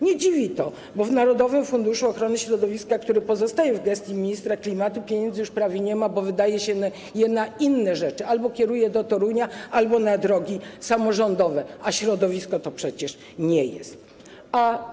Nie dziwi to, bo w narodowym funduszu ochrony środowiska, który pozostaje w gestii ministra klimatu, pieniędzy już prawie nie ma, bo wydaje się je na inne rzeczy albo kieruje do Torunia albo na drogi samorządowe, a to przecież nie jest środowisko.